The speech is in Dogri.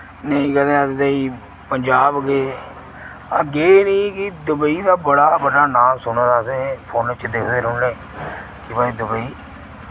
नेईं कदें अस देई पंजाब गे अस गे नि कि दुबई दा बड़ा बड़ा नां सुने दा अस फोने च दिक्खदे रोह्ने कि भाई दुबई